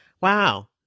Wow